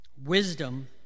wisdom